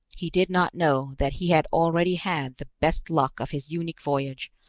he did not know that he had already had the best luck of his unique voyage,